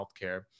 healthcare